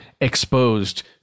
exposed